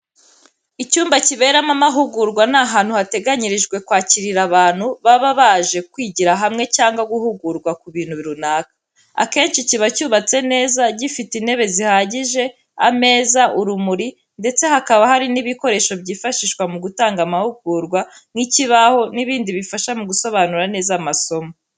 Icyumba kiberamo amahugurwa ni ahantu hateganyirijwe kwakirira abantu baba baje kwigira hamwe cyangwa guhugurwa ku bintu runaka. Akenshi kiba cyubatse neza, gifite intebe zihagije, ameza, urumuri, ndetse hakaba hari n'ibikoresho byifashishwa mu gutanga amahugurwa nk’ikibaho n'ibindi bifasha mu gusobanura neza amasomo.